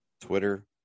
Twitter